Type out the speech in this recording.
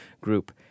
group